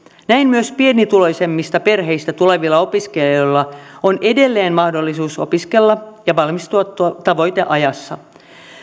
näin myös pienituloisemmista perheistä tulevilla opiskelijoilla on edelleen mahdollisuus opiskella ja valmistua tavoiteajassa